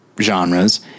genres